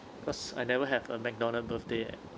cause I never have a mcdonald birthday eh